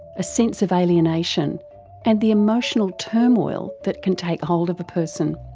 a sense of alienation and the emotional turmoil that can take hold of a person.